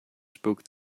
spoke